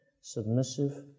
submissive